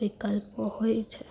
વિકલ્પો હોય છે